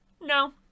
No